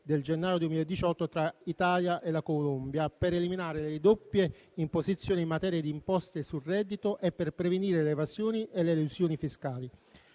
del gennaio 2018 tra Italia e Colombia per eliminare le doppie imposizioni in materia di imposte sul reddito e per prevenire le evasioni e le elusioni fiscali.